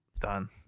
done